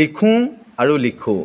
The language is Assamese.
লিখোঁ আৰু লিখো